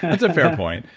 it's a fair point,